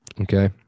Okay